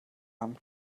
haben